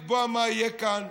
לקבוע מה יהיה כאן,